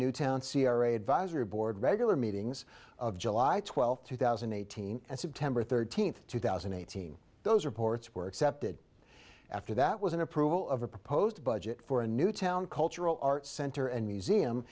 newtown c r a advisory board regular meetings of july twelfth two thousand and eighteen and september thirteenth two thousand and eighteen those reports were accepted after that was an approval of a proposed budget for a new town cultural arts center and museum